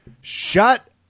shut